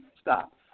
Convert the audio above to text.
stop